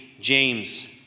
James